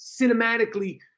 cinematically